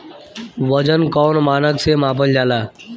वजन कौन मानक से मापल जाला?